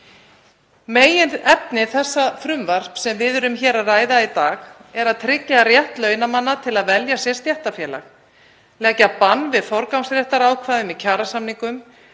Meginefni þess frumvarps sem við ræðum hér í dag er að tryggja rétt launamanna til að velja sér stéttarfélag, leggja bann við forgangsréttarákvæðum í kjarasamningum,